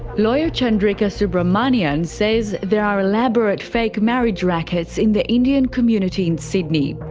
lawyer chandrika subramaniyan says there are elaborate fake marriage rackets in the indian community in sydney.